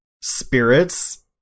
spirits